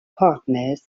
partners